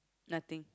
nothing